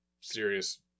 serious